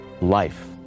life